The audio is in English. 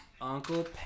uncle